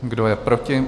Kdo je proti?